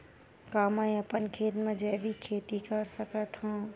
का मैं अपन खेत म जैविक खेती कर सकत हंव?